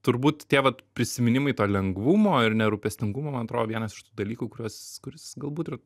turbūt tie vat prisiminimai to lengvumo ir nerūpestingumo man atrodo vienas iš tų dalykų kuriuos kuris galbūt ir